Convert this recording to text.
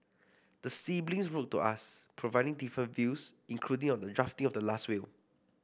the siblings wrote to us providing differing views including on the drafting of the last will